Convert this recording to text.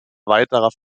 weiterer